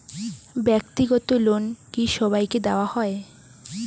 ব্যাক্তিগত লোন কি সবাইকে দেওয়া হয়?